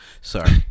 sorry